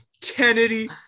Kennedy